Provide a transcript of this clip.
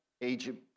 Egypt